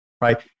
right